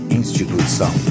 instituição